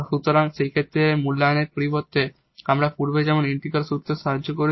সুতরাং সেই ক্ষেত্রে এই মূল্যায়নের পরিবর্তে আমরা পূর্বে যেমন ইন্টিগ্রাল সূত্রের সাহায্যে করেছি